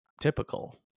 typical